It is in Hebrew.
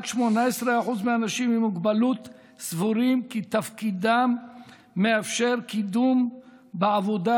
רק 18% מהאנשים עם מוגבלות סבורים כי תפקידם מאפשר קידום בעבודה,